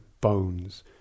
bones